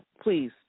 please